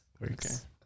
works